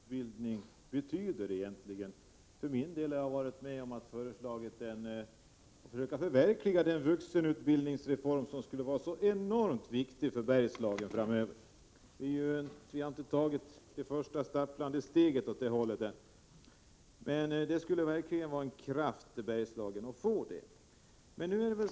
Herr talman! Vad betyder egentligen utbildningen? Jag har varit med om att föreslå ett förverkligande av den vuxenutbildningsreform som skulle vara så enormt viktig för Bergslagen framöver. Vi har inte tagit det första stapplande steget åt det hållet än. Men det skulle innebära en kraft för Bergslagen att få det.